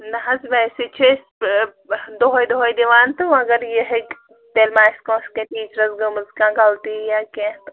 نہَ حظ ویسے چھِ أسۍ دۄہَے دۄہَے دِوان تہٕ مگر یہِ ہیٚکہِ تیٚلہِ ما آسہِ کٲنٛسہِ کیٚنٛہہ ٹیٖچرَس گٔمٕژ کانٛہہ غلطی یا کیٚنٛہہ